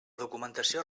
documentació